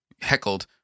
heckled